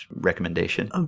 recommendation